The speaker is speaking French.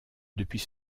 depuis